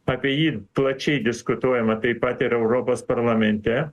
apie jį plačiai diskutuojama taip pat ir europos parlamente